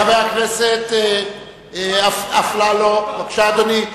חבר הכנסת אפללו, בבקשה, אדוני.